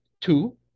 two